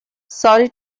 sorry